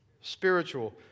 Spiritual